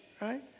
Right